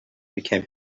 became